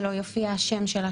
שלא יופיע השם שלה,